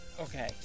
Okay